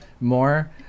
more